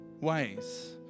ways